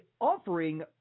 offering